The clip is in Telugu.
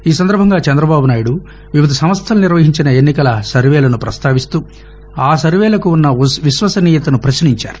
ఈ సందర్బంగా చంద్రబాబునాయుడు వివిధ సంస్టలు నిర్వహించిన ఎన్నికల సర్వేలను ప్రస్తావిస్తూ ఆ సర్వేలకు ఉన్న విశ్వసనీయతను ప్రపశ్నించారు